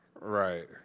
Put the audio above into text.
Right